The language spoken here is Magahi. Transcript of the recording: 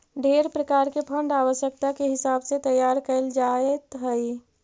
ढेर प्रकार के फंड आवश्यकता के हिसाब से तैयार कैल जात हई